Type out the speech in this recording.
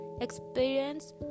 experience